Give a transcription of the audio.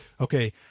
Okay